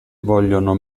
vogliono